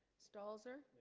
stalls er